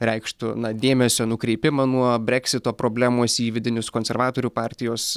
reikštų na dėmesio nukreipimą nuo breksito problemos į vidinius konservatorių partijos